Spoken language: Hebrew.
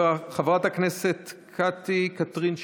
חברת הכנסת קטי קטרין שטרית,